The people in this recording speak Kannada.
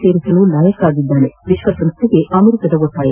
ಸೇರಿಸಲು ಲಾಯಕ್ಕಾಗಿದ್ದಾನೆ ವಿಶ್ವಸಂಸ್ಥೆಗೆ ಅಮೆರಿಕದ ಒತ್ತಾಯ